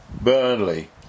Burnley